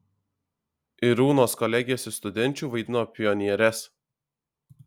irūnos kolegės iš studenčių vaidino pionieres